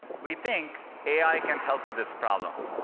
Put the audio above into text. we think ai can help with this problem.